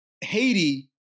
Haiti